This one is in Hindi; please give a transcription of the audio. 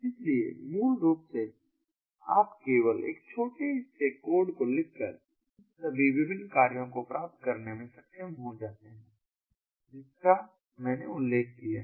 इसलिए मूल रूप से आप केवल एक छोटे से कोड को लिखकर इन सभी विभिन्न कार्यों को प्राप्त करने में सक्षम हो जाते हैं जिसका मैंने अभी उल्लेख किया है